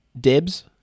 dibs